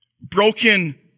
Broken